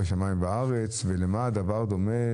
--- ולמה הדבר דומה?